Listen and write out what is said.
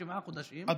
שבעה חודשים,